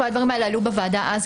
כל הדברים האלה עלו בוועדה אז,